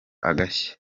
agashya